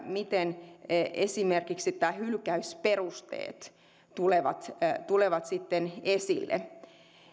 miten esimerkiksi nämä hylkäysperusteet tulevat tulevat esille